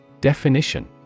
Definition